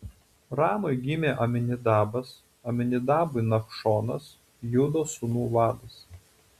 ramui gimė aminadabas aminadabui nachšonas judo sūnų vadas